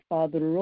Father